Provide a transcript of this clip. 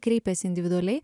kreipiasi individualiai